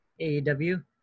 AEW